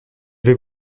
vais